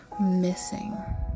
Missing